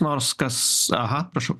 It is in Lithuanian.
nors kas aha prašau